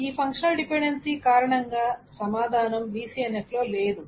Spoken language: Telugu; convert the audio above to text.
ఈ ఫంక్షనల్ డిపెండెన్సీ కారణంగా సమాధానం BCNF లో లేదు